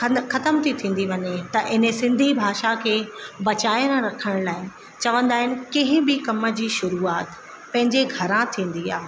खन ख़तम थी थींदी वञे त इन सिंधी भाषा खे बचाइण रखण लाइ चवंदा हिनि कंहिं बि कम जी शुरुआत पंहिंजे घरां थींदी आहे